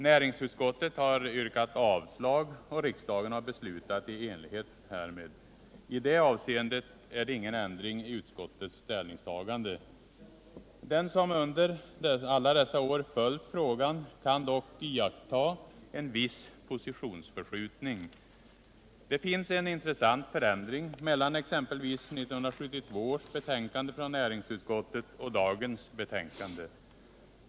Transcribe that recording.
Näringsutskottet har yrkat avslag, och riksdagen har beslutat i enlighet härmed. I det avseendet är det ingen ändring i utskottets ställningstagande. Den som under alla dessa år följt frågan kan dock iaktta en viss positionsförskjutning. Det finns en intressant förändring mellan exempelvis 1972 års betänkande från näringsutskottet och dagens betänkande.